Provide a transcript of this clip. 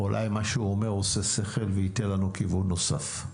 אולי מה שהוא אומר עושה שכל וייתן לנו כיוון נוסף.